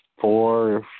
four